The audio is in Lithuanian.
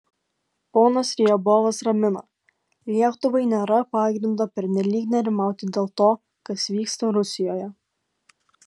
ponas riabovas ramina lietuvai nėra pagrindo pernelyg nerimauti dėl to kas vyksta rusijoje